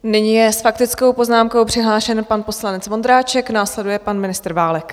Nyní je s faktickou poznámkou přihlášen pan poslanec Vondráček, následuje pan ministr Válek.